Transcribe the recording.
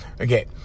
Okay